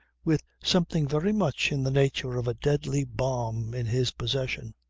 with something very much in the nature of a deadly bomb in his possession.